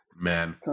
man